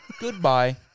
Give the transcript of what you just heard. Goodbye